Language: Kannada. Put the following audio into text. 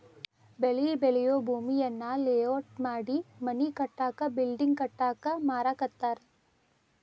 ಬೆಳಿ ಬೆಳಿಯೂ ಭೂಮಿಯನ್ನ ಲೇಔಟ್ ಮಾಡಿ ಮನಿ ಕಟ್ಟಾಕ ಬಿಲ್ಡಿಂಗ್ ಕಟ್ಟಾಕ ಮಾರಾಕತ್ತಾರ